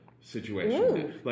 situation